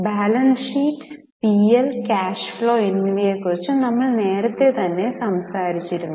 balance sheet P L cash flow എന്നിവയെക്കുറിച്ച് നമ്മൾ നേരത്തെ തന്നെ സംസാരിച്ചിരുന്നു